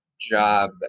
job